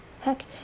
Heck